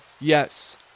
yes